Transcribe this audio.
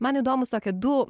man įdomūs tokie du